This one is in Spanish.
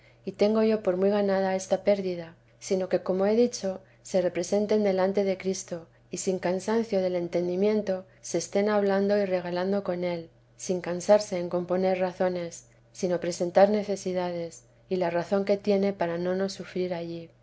y tengo yo por muy ganada esta pérdida sino que como he dicho se representen delante de cristo y sin cansancio del entendimiento se estén hablando y regalando con él sin cansarse en componer razones sino presentar necesidades y la razón que tiene para no nos sufrir allí